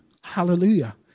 Hallelujah